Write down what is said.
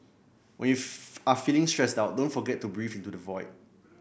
when you are feeling stressed out don't forget to breathe into the void